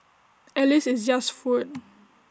at least it's just food